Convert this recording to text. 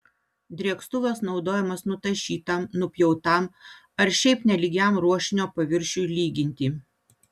drėkstuvas naudojamas nutašytam nupjautam ar šiaip nelygiam ruošinio paviršiui lyginti